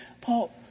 Paul